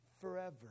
forever